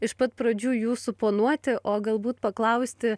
iš pat pradžių jų suponuoti o galbūt paklausti